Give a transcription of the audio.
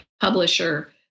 publisher